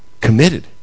Committed